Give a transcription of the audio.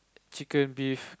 chicken beef